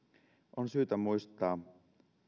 on syytä muistaa